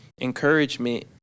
encouragement